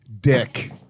dick